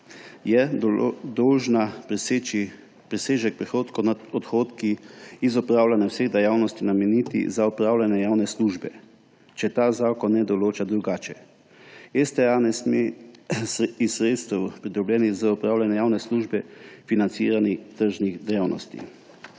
je dolžna presežek prihodkov nad odhodki iz opravljanja vseh dejavnosti nameniti za opravljanje javne službe, če ta zakon ne določa drugače. STA ne sme iz sredstev, pridobljenih z opravljanjem javne službe, financirati tržnih dejavnosti.